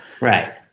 Right